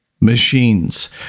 machines